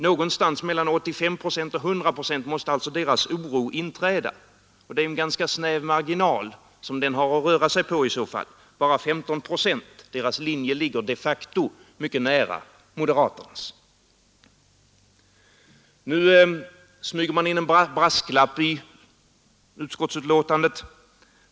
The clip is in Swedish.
Någonstans mellan 85 procent och 100 procent måste alltså deras oro inträda. Det är en ganska snäv marginal som den har att röra sig på i så fall: bara 15 procent. Deras linje ligger de facto mycket nära moderaternas. Nu smyger man in en brasklapp i utskottsbetänkandet.